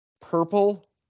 purple